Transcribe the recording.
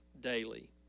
daily